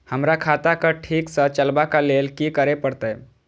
हमरा खाता क ठीक स चलबाक लेल की करे परतै